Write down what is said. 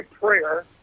prayer